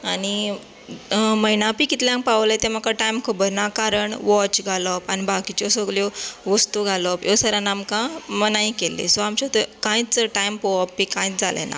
आनी मैनापी कितल्यांक पावलें तें म्हाका टायम खबर ना कारण वॉच घालप आनी बाकीच्यो सगल्यो वस्तू घालप ह्यो सरान आमकां मनाय केल्ली सो आमच्या थय कांयच टायम पळोवप बी कांयच जालें ना